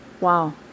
Wow